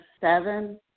seven